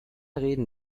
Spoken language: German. reden